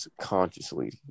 consciously